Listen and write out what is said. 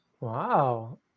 Wow